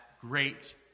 great